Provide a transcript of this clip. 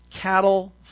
Cattle